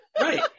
Right